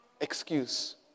excuse